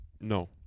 No